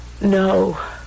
No